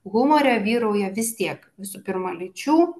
humore vyrauja vis tiek visų pirma lyčių